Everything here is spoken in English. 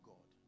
God